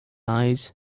eyes